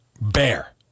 bear